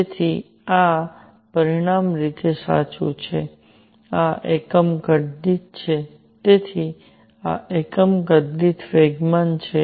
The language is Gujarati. તેથી આ પરિમાણીય રીતે સાચું છે આ એકમ કદ દીઠ છે તેથી આ એકમ કદ દીઠ વેગમાન છે